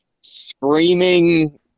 screaming